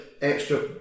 extra